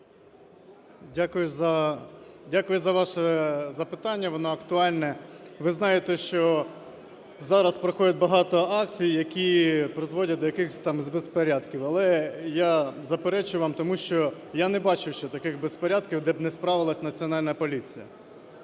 Дякую за ваше запитання, воно актуальне. Ви знаєте, що зараз проходять багато акцій, які призводять до якихось там безпорядків, але я заперечу вам, тому що я не бачив ще таких безпорядків, де б не справилась Національна поліція.